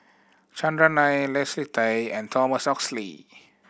Chandran Nair Leslie Tay and Thomas Oxley